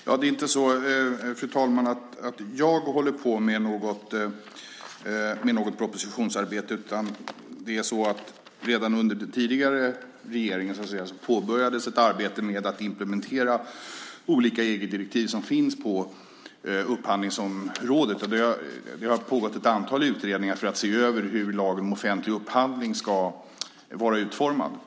Fru talman! Det är inte så att jag håller på med något propositionsarbete. Redan under den tidigare regeringen påbörjades ett arbete med att implementera olika EG-direktiv som finns på upphandlingsområdet. Det har pågått ett antal utredningar för att se över hur lagen om offentlig upphandling ska vara utformad.